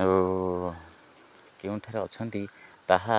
ଓ କେଉଁଠାରେ ଅଛନ୍ତି ତାହା